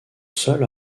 seule